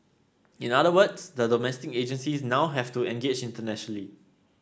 in other words the domestic agencies now have to engage internationally